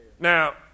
Now